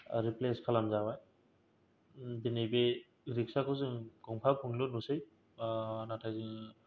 replace खालाम जाबाय दिनै बे रिक्साखौ जोङो गंफा गंनैल' नुसै नाथाय जोङो